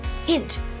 Hint